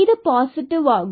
இது பாசிடிவ் ஆகும்